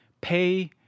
pay